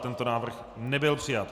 Tento návrh nebyl přijat.